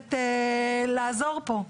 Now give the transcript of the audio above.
נכנסת לעזור פה.